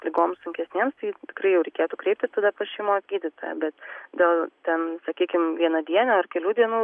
ligoms sunkesnėms tai tikrai jau reikėtų kreiptis tada pas šeimos gydytoją bet dėl ten sakykim vienadienių ar kelių dienų